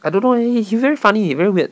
I don't know leh he he very funny he very weird